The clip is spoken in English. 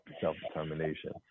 self-determination